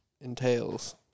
entails